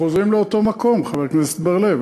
אנחנו חוזרים לאותו מקום, חבר הכנסת בר-לב.